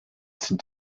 sind